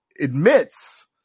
admits